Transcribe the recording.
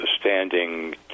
standing